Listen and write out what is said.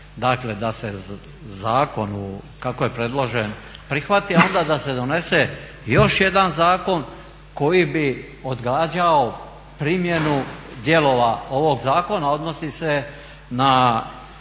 dakle da se zakon kako je predložen prihvati, a onda da se donese još jedan zakon koji bi odgađao primjenu dijelova ovog zakona odnosi se na